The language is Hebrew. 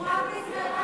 את הרבנים.